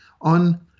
on